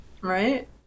right